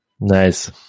Nice